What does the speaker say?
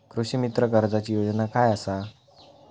कृषीमित्र कर्जाची योजना काय असा?